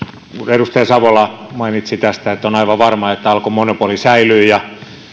edustaja savola mainitsi tästä että on aivan varma että alkon monopoli säilyy ja